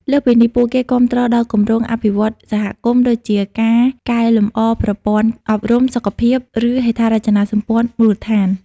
លើសពីនេះ ពួកគេគាំទ្រដល់គម្រោងអភិវឌ្ឍន៍សហគមន៍ ដូចជាការកែលម្អប្រព័ន្ធអប់រំ សុខភាព ឬហេដ្ឋារចនាសម្ព័ន្ធមូលដ្ឋាន។